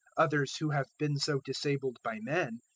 others who have been so disabled by men,